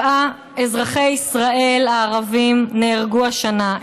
67 אזרחי ישראל ערבים נהרגו השנה.